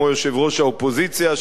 כמו יושב-ראש האופוזיציה,